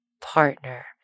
partner